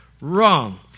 Wrong